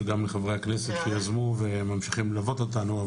וגם לחברי הכנסת שיזמו וממשיכים ללוות אותנו.